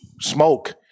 smoke